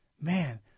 man